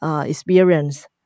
experience